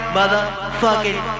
motherfucking